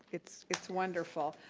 it's it's wonderful.